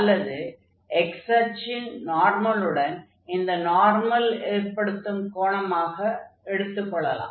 அல்லது x அச்சின் நார்மலுடன் இந்த நார்மல் ஏற்படுத்தும் கோணமாகவும் எடுத்துக் கொள்ளலாம்